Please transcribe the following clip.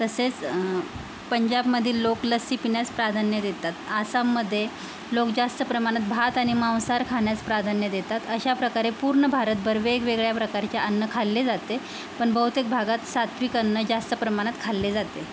तसेच पंजाबमधील लोक लस्सी पिण्यास प्राधान्य देतात आसाममध्ये लोक जास्त प्रमाणात भात आणि मांसाहार खाण्यास प्राधान्य देतात अशा प्रकारे पूर्ण भारतभर वेगवेगळ्या प्रकारचे अन्न खाल्ले जाते पण बहुतेक भागात सात्त्विक अन्न जास्त प्रमाणात खाल्ले जाते